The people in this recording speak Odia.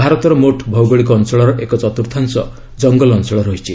ଭାରତର ମୋଟ୍ ଭୌଗଳିକ ଅଞ୍ଚଳର ଏକ ଚତୁର୍ଥାଂଶ ଜଙ୍ଗଲ ଅଞ୍ଚଳ ରହିଛି